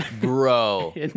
bro